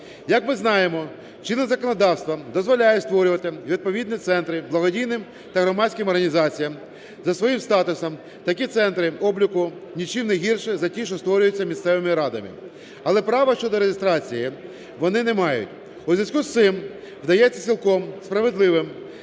Як ми знаємо, чинне законодавство дозволяє створювати відповідні центри благодійним та громадським організаціям. За своїм статусом такі центри обліку нічим не гірші за ті, що створюються місцевими радами, але право щодо реєстрації вони не мають. У зв'язку з цим вдається цілком справедливим